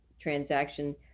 transaction